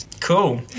Cool